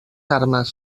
armes